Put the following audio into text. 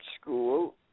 school